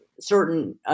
certain